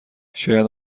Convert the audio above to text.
شاید